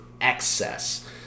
excess